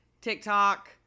TikTok